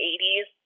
80s